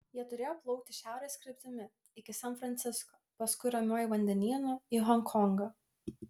jie turėjo plaukti šiaurės kryptimi iki san francisko paskui ramiuoju vandenynu į honkongą